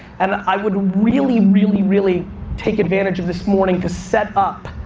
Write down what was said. and i would really really really take advantage of this morning to set up,